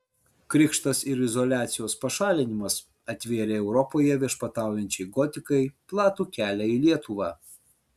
krikštas ir izoliacijos pašalinimas atvėrė europoje viešpataujančiai gotikai platų kelią į lietuvą